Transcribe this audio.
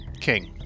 king